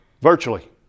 Virtually